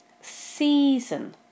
Season